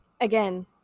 Again